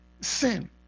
sin